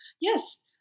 yes